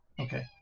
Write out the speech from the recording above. Okay